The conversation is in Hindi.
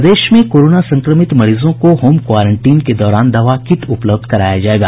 प्रदेश में कोरोना संक्रमित मरीजों को होम क्वारेंटीन के दौरान दवा किट उपलब्ध कराया जायेगा